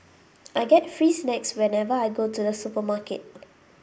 I get free snacks whenever I go to the supermarket